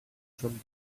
from